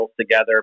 together